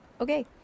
Okay